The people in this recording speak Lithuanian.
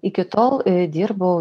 iki tol dirbau